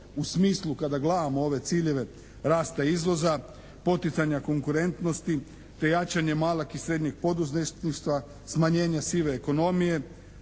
u smislu kada gledamo ove ciljeve rasta izvoza, poticanja konkurentnosti te jačanje malog i srednjeg poduzetništva, smanjenje sive ekonomije